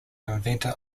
inventor